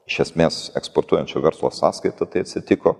iš esmės eksportuojančio verslo sąskaita tai atsitiko